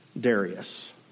Darius